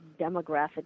demographic